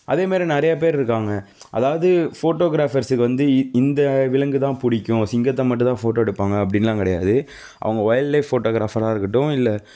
அதே மாரி நிறையா பேர் இருக்காங்க அதாவது ஃபோட்டோகிராஃபர்ஸுக்கு வந்து இந்த விலங்கு தான் பிடிக்கும் சிங்கத்தை மட்டும்தான் ஃபோட்டோ எடுப்பாங்க அப்படின்லாம் கிடையாது அவங்க ஒயில்ட் லைஃப் ஃபோட்டோகிராஃபராக இருக்கட்டும் இல்லை